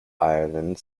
ireland